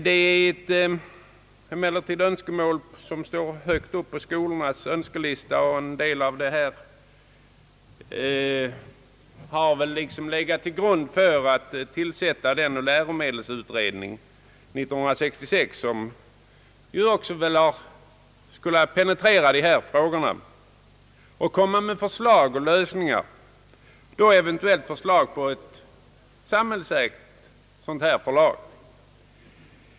Allt detta är emellertid önskemål som står högt upp på skolornas önskelista och som väl delvis har legat till grund för tillsättandet av 1966 års läromedelsutredning, som skulle penetrera dessa frågor och komma med förslag till lösningar och eventuellt då förslag till ett samhällsägt förlag.